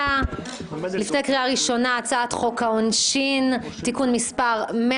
לפני הקריאה הראשונה: הצעת חוק חדלות פירעון ושיקום כלכלי (תיקון מס' 5)